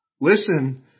Listen